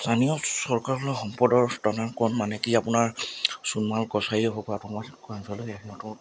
স্থানীয় চৰকাৰলৈ সম্পদৰ হস্তান্তৰ কৰণ মানে কি আপোনাৰ সোণোৱাল কছাৰীয়ে হওক বা